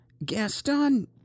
Gaston